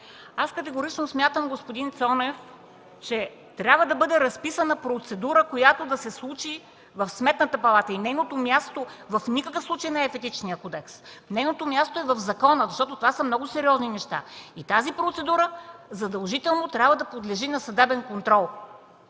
Аз категорично смятам, господин Цонев, че трябва да бъде разписана процедура, която да се случи в Сметната палата и нейното място в никакъв случай не е в Етичния кодекс! Нейното място е в закона, защото това са много сериозни неща! И тази процедура задължително трябва да подлежи на съдебен контрол!